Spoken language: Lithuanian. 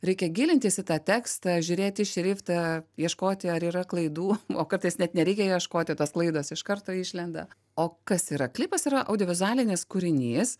reikia gilintis į tą tekstą žiūrėti šriftą ieškoti ar yra klaidų o kartais net nereikia ieškoti tos klaidos iš karto išlenda o kas yra klipas yra audiovizualinis kūrinys